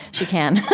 she can.